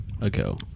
ago